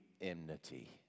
enmity